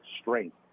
strength